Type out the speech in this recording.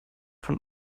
von